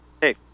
Hey